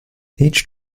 each